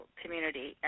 community